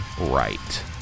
right